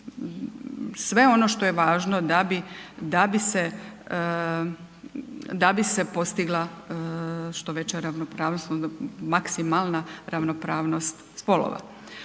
sve ono što je važno da bi, da bi se postigla što veća ravnopravnost, maksimalna ravnopravnost spolova.